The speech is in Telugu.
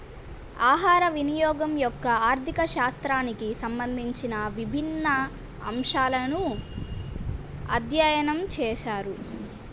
ఆహారవినియోగం యొక్క ఆర్థిక శాస్త్రానికి సంబంధించిన విభిన్న అంశాలను అధ్యయనం చేశారు